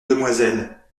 demoiselle